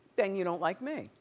then you don't like me,